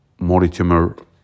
Moritimer